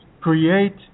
create